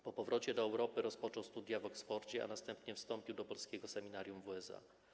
Po powrocie do Europy rozpoczął studia w Oxfordzie, a następnie wstąpił do polskiego seminarium w USA.